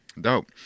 Dope